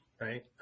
right